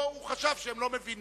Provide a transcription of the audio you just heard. או שהוא חשב שהם לא מבינים.